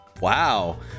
Wow